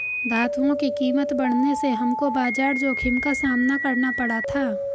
धातुओं की कीमत बढ़ने से हमको बाजार जोखिम का सामना करना पड़ा था